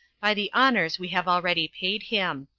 by the honors we have already paid him.